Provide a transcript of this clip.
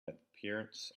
appearance